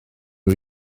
nhw